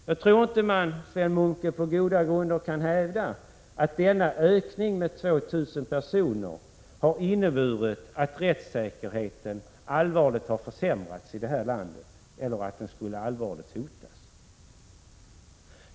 Jag tror inte, Sven Munke, att man på goda grunder kan hävda att denna ökning med 2 000 personer har inneburit att rättssäkerheten har försämrats i det här landet, eller att den skulle allvarligt hotas.